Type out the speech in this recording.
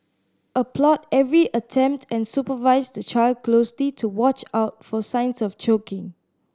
applaud every attempt and supervise the child closely to watch out for signs of choking